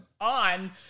on